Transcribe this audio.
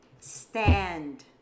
stand